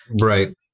Right